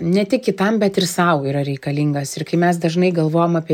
ne tik kitam bet ir sau yra reikalingas ir kai mes dažnai galvojam apie